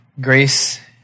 grace